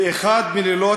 באחד מלילות